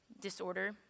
disorder